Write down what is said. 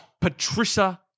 Patricia